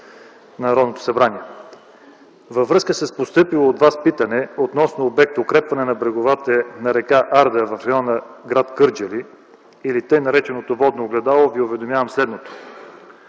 Народното събрание! Във връзка с постъпило от Вас питане относно обекта „Укрепване на бреговете на р. Арда в района на гр. Кърджали” или така нареченото „Водно огледало” Ви уведомявам за следното.